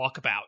walkabout